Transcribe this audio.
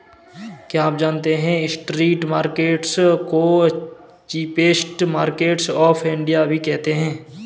क्या आप जानते है स्ट्रीट मार्केट्स को चीपेस्ट मार्केट्स ऑफ इंडिया भी कहते है?